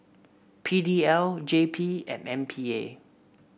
P D L J P and M P A